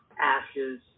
Ashes